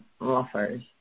offers